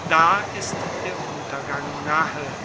da ist der untergang nahe